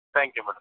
thank you madam